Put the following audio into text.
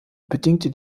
bedingte